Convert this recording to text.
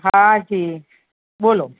હા જી બોલો